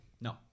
No